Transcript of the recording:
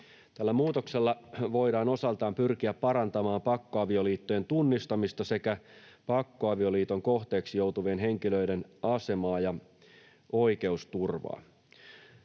Tällä muutoksella voidaan osaltaan pyrkiä parantamaan pakkoavioliittojen tunnistamista sekä pakkoavioliiton kohteeksi joutuvien henkilöiden asemaa ja oikeusturvaa.